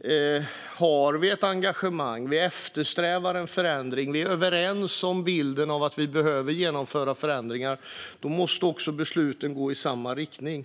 vi har ett engagemang, eftersträvar en förändring och är överens om bilden av att vi behöver genomföra förändringar måste besluten också gå i samma riktning.